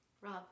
Rob